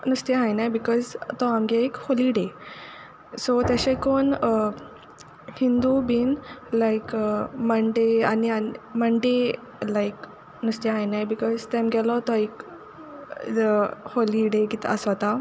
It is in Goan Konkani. नुस्तें खायनाय बिकॉज तो आमगे एक हॉली डे सो तेशे कोन हिंदू बीन लायक मंडे आनी मंडे लायक नुस्तें खायना बिकॉज तेंगेलो तो एक हॉली डे किदें आसोता